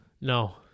No